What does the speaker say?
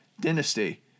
Dynasty